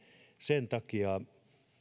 sen takia on